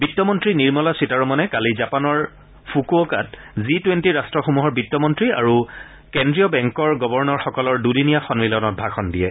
বিত্তমন্তী নিৰ্মলা সীতাৰমণে কালি জাপানৰ ফুকুঅকাত জি টুৱেণ্টি ৰাট্টসমূহৰ বিত্তমন্ত্ৰী আৰু কেন্দ্ৰীয় বেংকৰ গৱৰ্ণৰসকলৰ দুদিনীয়া সম্মিলনত ভাষণ দিয়ে